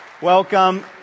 Welcome